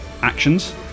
actions